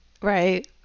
right